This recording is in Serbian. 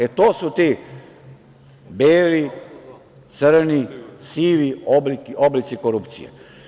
E, to su ti beli, crni, sivi oblici korupcije.